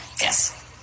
Yes